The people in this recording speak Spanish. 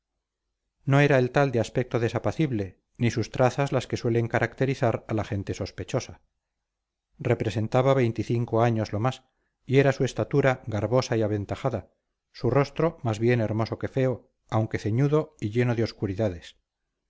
no era el tal de aspecto desapacible ni sus trazas las que suelen caracterizar a la gente sospechosa representaba veinticinco años lo más y era su estatura garbosa y aventajada su rostro más bien hermoso que feo aunque ceñudo y lleno de obscuridades